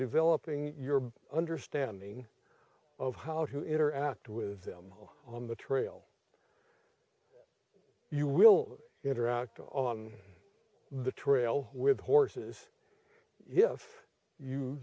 developing your understanding of how to interact with them on the trail you will interact on the trail with horses if you